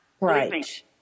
right